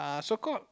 a so called